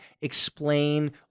explain